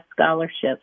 scholarships